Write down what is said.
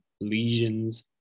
lesions